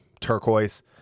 turquoise